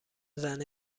زنه